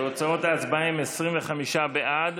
תוצאות ההצבעה הן 25 בעד,